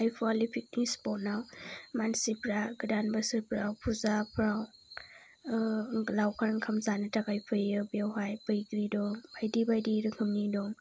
आइ फवालि picnic spot मानसिफ्रा गोदान बोसोरफ्राव फुजाफ्राव लावखार ओंखाम जानो थाखाय नांगौ जायो बेवहाय बैग्रि दं बायदि बायदि रोखोमनि दं